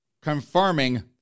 confirming